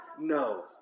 No